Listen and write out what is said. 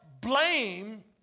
blame